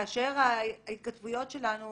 כאשר ההתכתבויות שלנו